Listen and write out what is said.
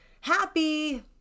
happy